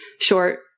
short